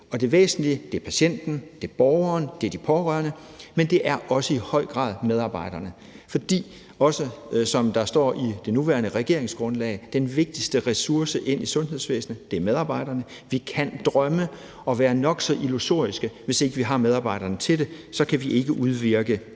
det væsentlige er patienten, det er borgeren, og det er de pårørende, men det er også i høj grad medarbejderne. For som det også står i det nuværende regeringsgrundlag, er den vigtigste ressource i sundhedsvæsenet medarbejderne. Vi kan drømme og være nok så illusoriske, men hvis vi ikke har medarbejderne til det, kan vi ikke udvirke